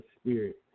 spirit